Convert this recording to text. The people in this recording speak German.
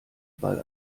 ball